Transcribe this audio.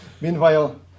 meanwhile